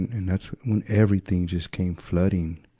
and, and that's when everything just came flooding.